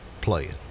playing